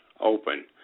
open